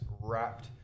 wrapped